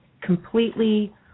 completely